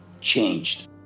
changed